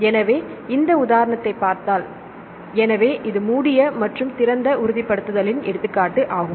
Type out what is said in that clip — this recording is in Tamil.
எனவே இந்த உதாரணத்தை பார்த்தால் எனவே இது மூடிய மற்றும் திறந்த உறுதிப்படுத்தலின் எடுத்துக்காட்டு ஆகும்